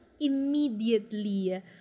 immediately